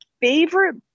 favorite